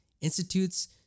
institutes